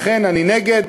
לכן אני נגד,